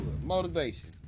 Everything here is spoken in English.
Motivation